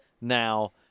now